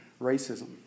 racism